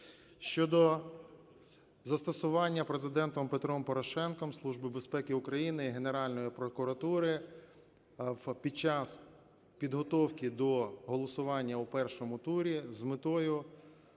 щодо застосування Президентом Петром Порошенком Служби безпеки України, Генеральної прокуратури під час підготовки до голосування у першому турі з метою